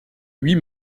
huit